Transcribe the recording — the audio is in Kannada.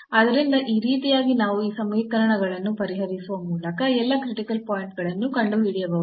ಆದ್ದರಿಂದ ಈ ರೀತಿಯಾಗಿ ನಾವು ಈ ಸಮೀಕರಣಗಳನ್ನು ಪರಿಹರಿಸುವ ಮೂಲಕ ಎಲ್ಲಾ ಕ್ರಿಟಿಕಲ್ ಪಾಯಿಂಟ್ ಗಳನ್ನು ಕಂಡುಹಿಡಿಯಬಹುದು